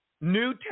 New